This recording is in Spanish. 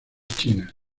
china